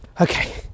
okay